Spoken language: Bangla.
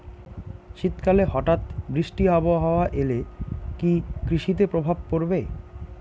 শীত কালে হঠাৎ বৃষ্টি আবহাওয়া এলে কি কৃষি তে প্রভাব পড়বে?